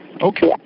Okay